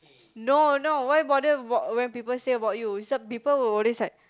no no why bother about when people say about you people always like